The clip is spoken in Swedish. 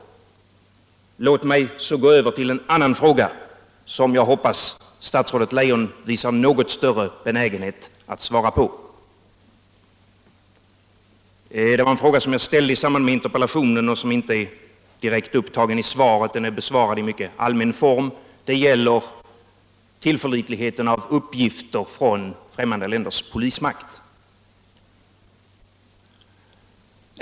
Låt mig så gå över till en annan fråga, som jag hoppas att statsrådet Leijon visar något större benägenhet att svara på. Det är en fråga som jag ställde i samband med interpellationen och som inte är direkt upptagen i svaret; den är besvarad i mycket allmän form. Frågan gäller tillförlitligheten av uppgifter från främmande länders polismakter.